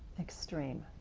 extreme.